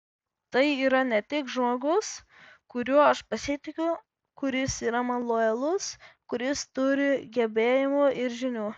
tai yra ne tik žmogus kuriuo aš pasitikiu kuris yra man lojalus kuris turi gebėjimų ir žinių